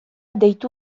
deitu